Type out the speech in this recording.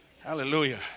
Hallelujah